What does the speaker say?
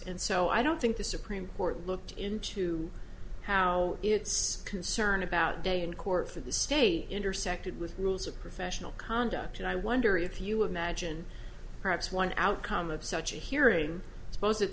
and so i don't think the supreme court looked into how it's concern about day in court for the state intersected with rules of professional conduct and i wonder if you imagine perhaps one outcome of such a hearing suppose